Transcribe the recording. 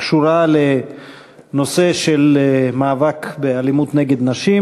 קשורה לנושא של מאבק באלימות נגד נשים.